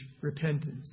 repentance